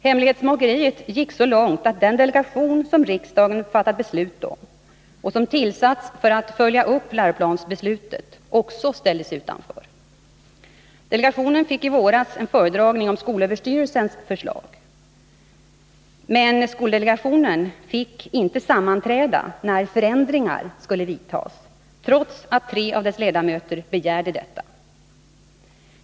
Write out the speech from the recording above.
Hemlighetsmakeriet gick så långt att den delegation som riksdagen fattat beslut om och som tillsatts för att följa upp läroplansbeslutet också ställdes utanför. Delegationen fick i våras en föredragning om skolöverstyrelsens förslag. Men skoldelegationen fick inte sammanträda när förändringar skulle göras, trots att tre av dess ledamöter begärde detta.